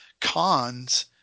cons